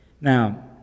Now